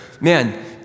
man